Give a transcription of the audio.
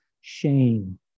shame